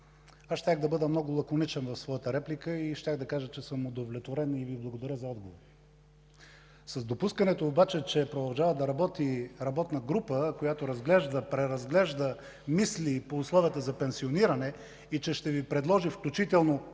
щях да бъда много лаконичен в своята реплика и щях да кажа, че съм удовлетворен и Ви благодаря за отговора. С допускането обаче, че продължава да работи работна група, която разглежда, преразглежда, мисли по условията за пенсиониране и че ще Ви предложи –